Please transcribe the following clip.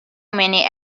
many